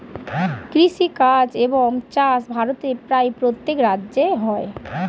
কৃষিকাজ এবং চাষ ভারতের প্রায় প্রত্যেক রাজ্যে হয়